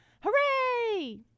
Hooray